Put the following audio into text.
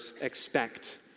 expect